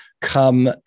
come